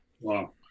wow